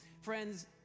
Friends